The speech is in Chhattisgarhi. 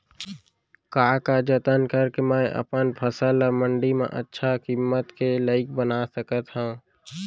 का का जतन करके मैं अपन फसल ला मण्डी मा अच्छा किम्मत के लाइक बना सकत हव?